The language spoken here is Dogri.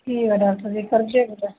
ठीक ऐ डाक्टर जी करुर चे कुतै